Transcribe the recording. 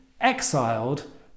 exiled